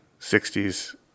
60s